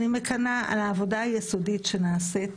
אני מקנאה על העבודה היסודית שנעשית